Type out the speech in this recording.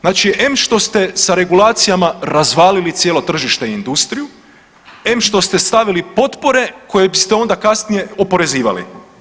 Znači em što ste sa regulacijama razvalili cijelo tržište i industriju, em što ste stavili potpore koje se onda kasnije oporezivali.